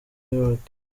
york